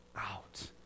out